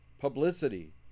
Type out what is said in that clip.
publicity